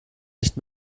nicht